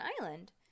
island